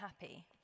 happy